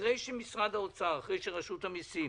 אחרי שמשרד האוצר, אחרי שרשות המיסים